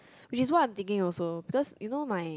which is what I'm thinking also because you know my